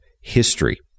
history